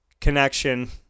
connection